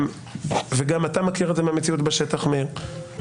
וגם אתה מכיר את זה מהמציאות בשטח מאיר,